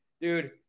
Dude